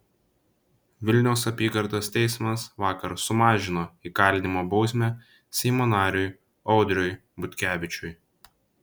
vilniaus apygardos teismas vakar sumažino įkalinimo bausmę seimo nariui audriui butkevičiui